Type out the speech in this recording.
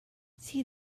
see